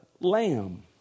Lamb